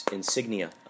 Insignia